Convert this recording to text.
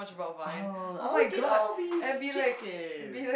oh oh I get all these chicken